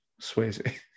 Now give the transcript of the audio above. Swayze